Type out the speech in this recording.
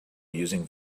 using